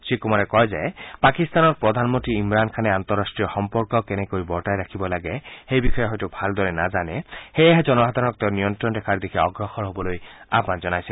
শ্ৰীকুমাৰে কয় যে পাকিস্তানৰ প্ৰধানমন্তী ইমৰান খানে আন্তৰাষ্টীয় সম্পৰ্ক কেনেকৈ বৰ্তাই ৰাখিব লাগে সেই বিষয়ে হয়তো ভালদৰে নাজানে সেয়েহে জনসাধাৰণক তেওঁ নিয়ন্ত্ৰণ ৰেখাৰ দিশে অগ্ৰসৰ হবলৈ আয়ান জনাইছে